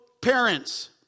parents